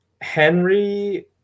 Henry